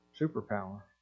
superpower